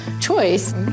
choice